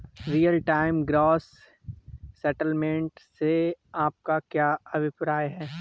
Real time gross settlement से आपका क्या अभिप्राय है?